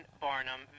Barnum